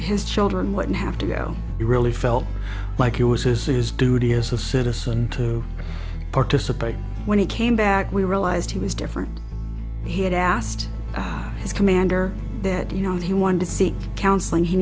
his children wouldn't have to go he really felt like it was his duty as a citizen to participate when he came back we realized he was different he had asked his commander that you know he wanted to seek counseling he